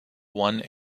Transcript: one